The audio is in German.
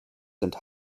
sind